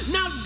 Now